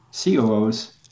coos